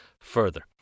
further